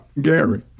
Gary